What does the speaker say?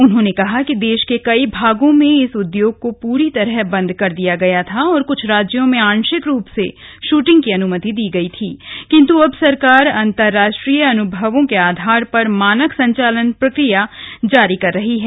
उन्होंने कहा कि देश के कई भागों में इस उद्योग को पूरी तरह बंद कर दिया गया था और कुछ राज्यों में आंशिक रूप से शूटिंग की अनुमति दी गई थी किन्तु अब सरकार अंतर्राष्ट्रीय अनुभवों के आधार पर मानक संचालन प्रक्रिया जारी कर रही है